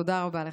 תודה רבה לך.